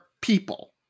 people